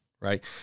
right